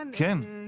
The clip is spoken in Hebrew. כן, כן.